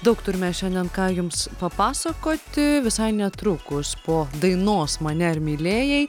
daug turime šiandien ką jums papasakoti visai netrukus po dainos mane ar mylėjai